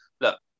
look